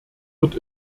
wird